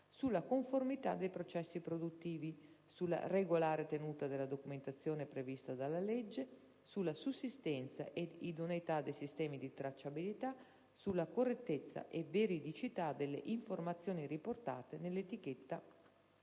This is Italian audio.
sulla conformità dei processi produttivi, sulla regolare tenuta della documentazione prevista dalla legge, sulla sussistenza ed idoneità dei sistemi di tracciabilità, sulla correttezza e veridicità delle informazioni riportate nell'etichetta